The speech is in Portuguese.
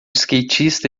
skatista